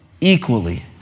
equally